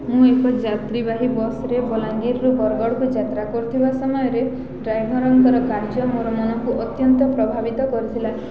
ମୁଁ ଏକ ଯାତ୍ରୀବାହୀ ବସ୍ରେ ବଲାଙ୍ଗୀରରୁ ବରଗଡ଼କୁ ଯାତ୍ରା କରୁଥିବା ସମୟରେ ଡ୍ରାଇଭର୍ଙ୍କର କାର୍ଯ୍ୟ ମୋର ମନକୁ ଅତ୍ୟନ୍ତ ପ୍ରଭାବିତ କରିଥିଲା